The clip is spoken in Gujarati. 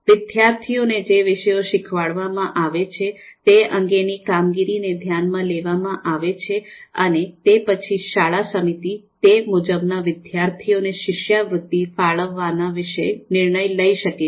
વિદ્યાર્થીઓને જે વિષયો શીખવાડવામાં આવે છે તે અંગેની કામગીરીને ધ્યાનમાં લેવામાં આવે છે અને તે પછી શાળા સમિતિ તે મુજબના વિદ્યાર્થીઓને શિષ્યવૃત્તિ ફાળવવાના વિશે નિર્ણય લાયી શકે છે